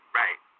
right